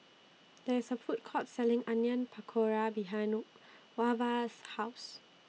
There IS A Food Court Selling Onion Pakora behind Wava's House